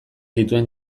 dituen